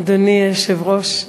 אדוני היושב-ראש,